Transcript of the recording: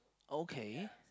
okay